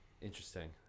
Interesting